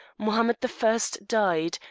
mohammed the first died,